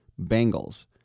Bengals